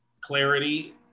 clarity